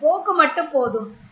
அதன் போக்கு மட்டும் போதும்